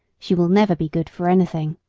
she will never be good for anything